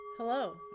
Hello